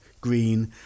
green